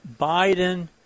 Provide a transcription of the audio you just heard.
Biden